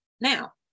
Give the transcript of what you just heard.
Now